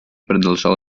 продолжал